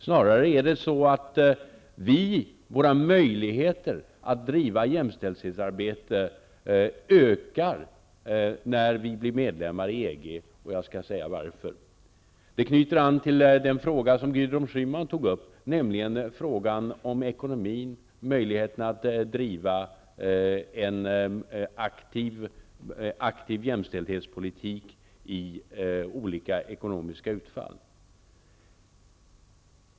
Snarare är det så att våra möjligheter att driva vårt jämställdhetsarbete ökar när vi blir medlemmar i EG. Låt mig förklara varför. Det knyter an till den fråga som Gudrun Schyman tog upp, nämligen möjligheterna att driva en aktiv jämställdhetspolitik vid olika ekonomiska utfall.